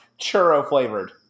churro-flavored